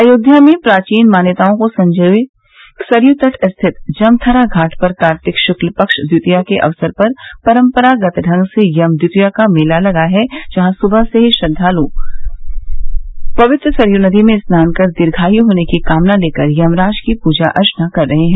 अयोध्या में प्राचीन मान्यताओं को संजोये सरयू तट स्थित जम्थरा घाट पर कार्तिक शुक्ल पक्ष द्वितिया के अवसर पर परम्परागत ढंग से यम् द्वितिया का मेला लगा है जहाँ सुबह से ही श्रद्वालु पवित्र सरयू नदी में स्नान कर दीर्घायू होने की कामना लेकर यमराज की पूजा अर्चना कर रहे हैं